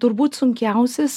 turbūt sunkiausias